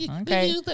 Okay